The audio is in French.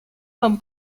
comme